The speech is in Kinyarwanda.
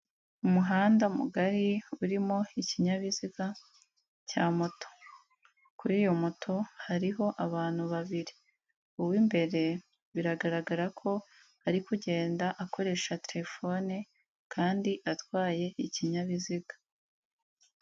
Umuhanda mugari urimo ikinyabiziga cya moto, kuri iyo moto hariho abantu babiri, uw'imbere biragaragara ko ari kugenda akoresha telefone kandi atwaye ikinyabiziga.